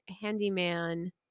handyman